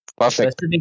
Perfect